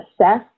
assess